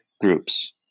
groups